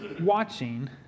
watching